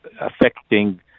affecting